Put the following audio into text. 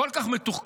כל כך מתוחכם,